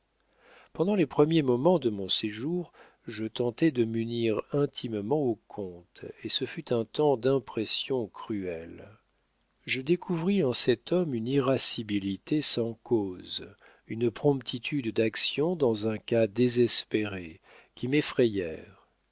pendant les premiers moments de mon séjour je tentai de m'unir intimement au comte et ce fut un temps d'impressions cruelles je découvris en cet homme une irascibilité sans cause une promptitude d'action dans un cas désespéré qui m'effrayèrent